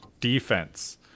defense